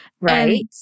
right